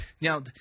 Now